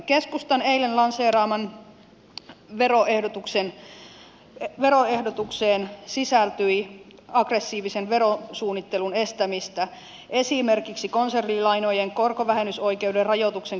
keskustan eilen lanseeraamaan veroehdotukseen sisältyi aggressiivisen verosuunnittelun estämistä esimerkiksi konsernilainojen korkovähennysoikeuden rajoituksen kiristäminen